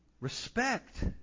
Respect